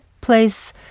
place